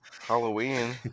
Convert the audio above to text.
Halloween